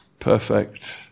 perfect